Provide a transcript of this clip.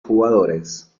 jugadores